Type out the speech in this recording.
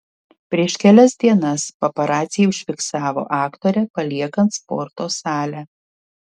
prieš kelias dienas paparaciai užfiksavo aktorę paliekant sporto salę